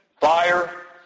fire